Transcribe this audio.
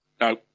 No